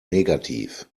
negativ